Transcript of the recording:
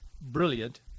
brilliant